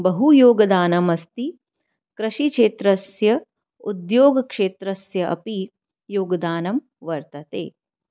बहुयोगदानमस्ति कृषिक्षेत्रस्य उद्योगक्षेत्रस्य अपि योगदानं वर्तते